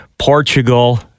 Portugal